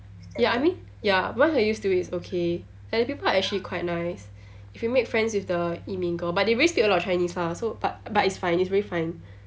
ya I mean ya once you're used to it it's okay like the people are actually quite nice if you make friends with the 印尼 girl but they really speak a lot of chinese lah so bu~ but it's fine it's really fine